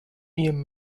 ian